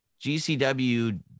GCW